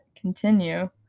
Continue